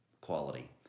quality